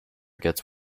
gets